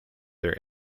their